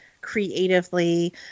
creatively